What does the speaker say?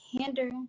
hinder